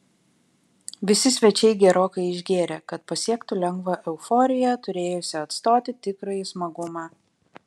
visi svečiai gerokai išgėrė kad pasiektų lengvą euforiją turėjusią atstoti tikrąjį smagumą